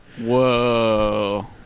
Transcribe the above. Whoa